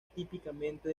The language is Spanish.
típicamente